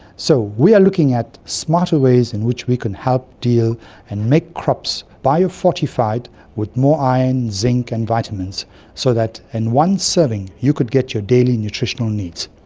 so we are looking at smarter ways in which we can help deal and make crops bio-fortified with more iron, zinc and vitamins so that in one serving you could get your daily nutritional needs.